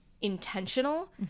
intentional